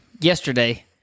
yesterday